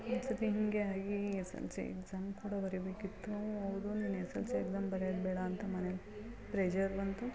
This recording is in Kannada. ಒಂದು ಸರ್ತಿ ಹಿಂಗೇ ಆಗಿ ಎಸ್ ಎಲ್ ಸಿ ಎಕ್ಸಾಮ್ ಕೂಡ ಬರಿಬೇಕಿತ್ತು ಓ ಹೌದು ನೀನು ಎಸ್ ಎಲ್ ಸಿ ಎಕ್ಸಾಮ್ ಬರ್ಯೋದು ಬೇಡ ಅಂತ ಮನೆಲಿ ಪ್ರೆಝರ್ ಬಂತು